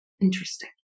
interesting